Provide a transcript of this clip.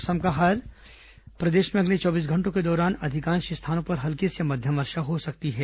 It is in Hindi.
मौसम प्रदेश में अगले चौबीस घंटों के दौरान अधिकांश स्थानों पर हल्की से मध्यम वर्षा हो सकती है